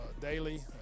daily